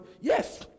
yes